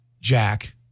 Jack